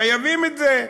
חייבים את זה.